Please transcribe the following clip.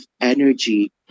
energy